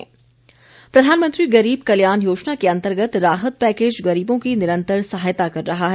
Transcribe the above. गरीब कल्याण पैकेज प्रधानमंत्री गरीब कल्याण योजना के अंतर्गत राहत पैकेज गरीबों की निरंतर सहायता कर रहा है